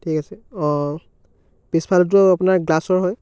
ঠিক আছে অ' পিছফালটো আপোনাৰ গ্লাছৰ হয়